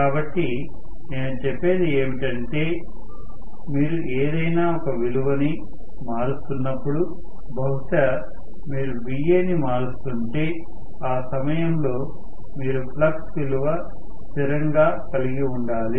కాబట్టి నేను చెప్పేది ఏమిటంటే మీరు ఏదైనా ఒక విలువని మారుస్తున్నప్పుడు బహుశా మీరుVaని మారుస్తుంటే ఆ సమయంలో మీరు ఫ్లక్స్ విలువ స్థిరంగా కలిగి ఉండాలి